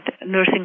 nursing